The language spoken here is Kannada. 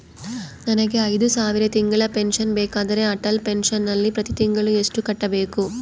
ನನಗೆ ಐದು ಸಾವಿರ ತಿಂಗಳ ಪೆನ್ಶನ್ ಬೇಕಾದರೆ ಅಟಲ್ ಪೆನ್ಶನ್ ನಲ್ಲಿ ಪ್ರತಿ ತಿಂಗಳು ಎಷ್ಟು ಕಟ್ಟಬೇಕು?